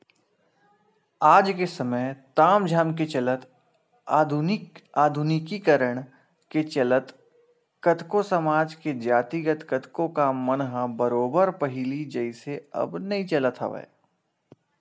आज के समे ताम झाम के चलत आधुनिकीकरन के चलत कतको समाज के जातिगत कतको काम मन ह बरोबर पहिली जइसे अब नइ चलत हवय